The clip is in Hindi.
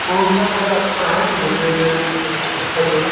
कौनसी जगह अच्छी है कि घूमने में सही होगा